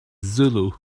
zulu